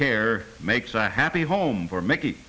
care makes a happy home for mickey